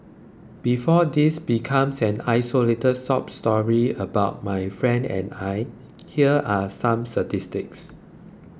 before this becomes an isolated sob story about my friend and I here are some statistics